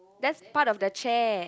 that's part of the chair